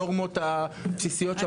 לנורמות הבסיסיות שאמורות להיות קבועות.